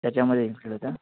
त्याच्यामधे एक विडियो होता